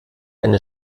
eine